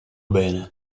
bene